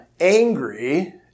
angry